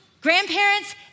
grandparents